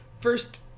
First